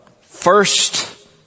first